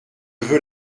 veux